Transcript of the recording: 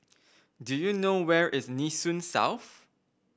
do you know where is Nee Soon South